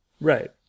Right